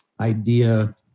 idea